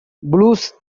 blues